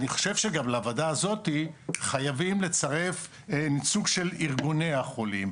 אני חושב שגם חייבים לצרף לוועדה הזאת ייצוג של ארגוני החולים.